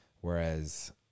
whereas